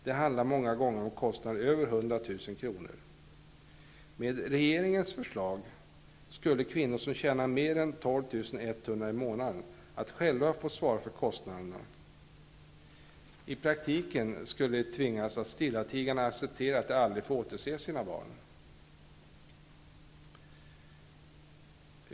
Det handlar många gånger om kostnader över 100 000 kr. Med regeringens förslag skulle kvinnor som tjänar mer än 12 100 kr. i månaden själva få svara för kostnaderna. I praktiken skulle de tvingas att stillatigande acceptera att de aldrig får återse sina barn.